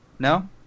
No